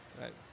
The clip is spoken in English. Right